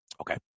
Okay